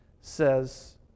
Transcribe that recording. says